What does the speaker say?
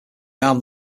armed